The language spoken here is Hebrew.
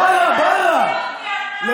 ברא, ברא, לסוריה.